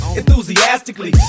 enthusiastically